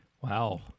Wow